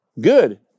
good